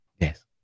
yes